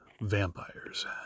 vampires